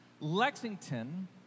Lexington